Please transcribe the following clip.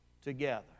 together